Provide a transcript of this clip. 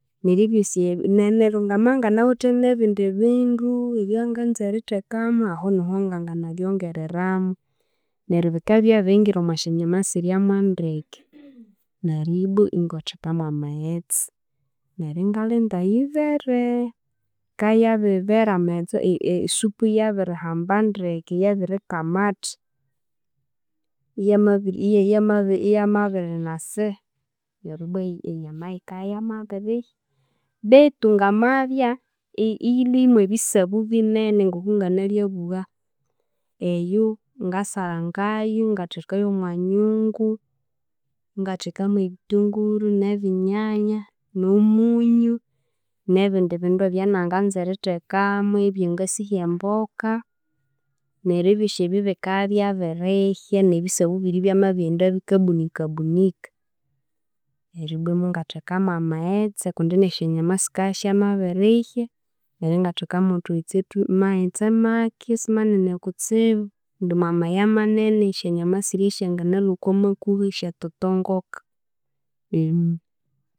Neryo ebyosi ebi ne neryo ngamabya inganawithe n'ebindi bindu ebyanganza erithekamu aho niho nganganabyongereramu, neryo bikabya byabiringira omo syanyama sirya mwandeke, neryo ibbwa ingatheka mwamaghetse, neryo ingalinda yibere, yikabya yabibera amaghetse e esupu yabihamba ndeke yabirikamatha, iyamabiri, iyaya iyama iyamabirinasiha, neryo ibwa enyama yikabya iyamabirihya, betu ngamabya iyi iyilhwe mw'ebisabu binene ng'okunganalyabugha eyu ngasarangayu ingatheka y'omwa nyungu, ingatheka mw'ebitunguru n'ebinyanya n'omunyu n'ebindi bindu ebyananganza erithekamu ebyangasihya emboka, neryo ebyosi ebi bikabya ibyabirihya n'ebisabu birya ebyamabirighenda bikabunika bunika neryo ibbwa imungatheka mwa maghetse kundi n'esyanyama sikabya isyamabirihya neryo ingatheka mwa thughetse thu maghetse make isimanene kutsibu kundi mwamaya manene esyanyama sirya syanganalwa oko makuha isyatotongoka.